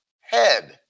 head